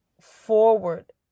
forward